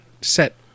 set